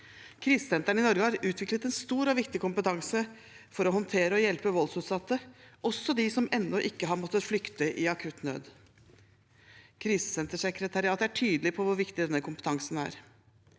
Krisesentrene i Norge har utviklet en stor og viktig kompetanse for å håndtere og hjelpe voldsutsatte, også de som ennå ikke har måttet flykte i akutt nød. Krisesentersekretariatet er tydelig på hvor viktig denne kompetansen er.